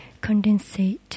condensate